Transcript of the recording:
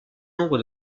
nombre